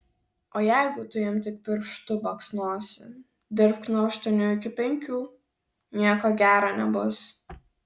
o jeigu tu jam tik pirštu baksnosi dirbk nuo aštuonių iki penkių nieko gero nebus